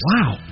Wow